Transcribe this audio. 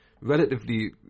relatively